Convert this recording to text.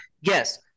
yes